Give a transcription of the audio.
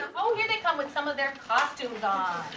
oh, here they come with some of their costumes on.